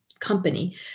Company